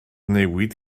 newid